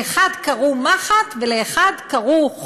לאחד קראו מחט ולאחד קראו חוט.